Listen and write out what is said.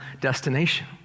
destination